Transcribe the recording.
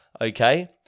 okay